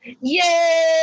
Yay